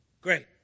Great